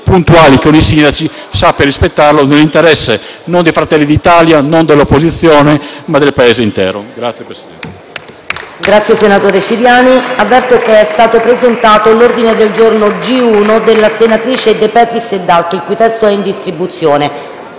puntuali con i sindaci, sappiano rispettarli nell'interesse non di Fratelli d'Italia e dell'opposizione ma del Paese intero. *(Applausi